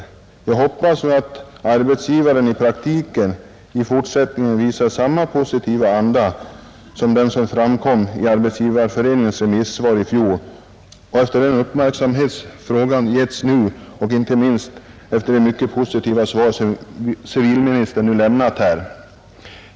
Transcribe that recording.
Jag hoppas nu att arbetsgivaren i praktiken i fortsättningen visar samma positiva anda som den som framkom i Arbetsgivareföreningens remissvar i fjol och efter den uppmärksamhet frågan givits nu och inte minst efter det positiva svar som civilministern nu lämnat här.